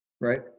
Right